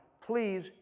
Please